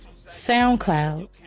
SoundCloud